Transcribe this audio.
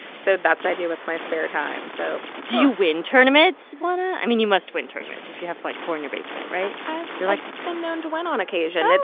so that's what i do with my spare time. so. do you win tournaments, juana? i mean, you must win tournaments if you have, like, four in your basement, right? i've like been known to win on occasion,